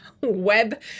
web